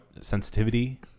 sensitivity